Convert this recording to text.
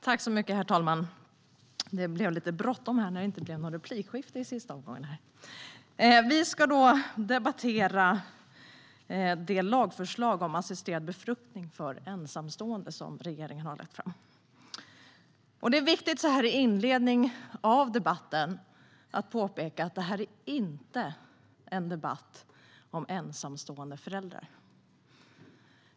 Herr talman! Vi ska nu debattera det lagförslag om assisterad befruktning för ensamstående kvinnor som regeringen har lagt fram. Det är viktigt att i inledningen av debatten påpeka att detta inte är en debatt om ensamstående föräldrar.